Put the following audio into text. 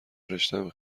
رشتهام